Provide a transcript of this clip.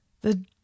The